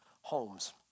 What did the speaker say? homes